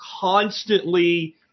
constantly